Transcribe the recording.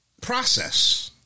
process